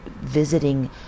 visiting